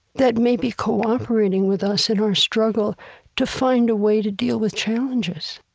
that may be cooperating with us in our struggle to find a way to deal with challenges.